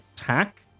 attack